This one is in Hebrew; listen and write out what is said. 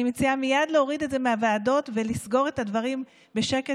אני מציעה מייד להוריד את זה מהוועדות ולסגור את הדברים בשקט,